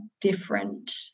different